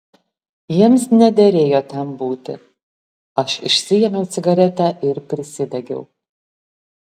jiems nederėjo ten būti aš išsiėmiau cigaretę ir prisidegiau